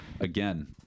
Again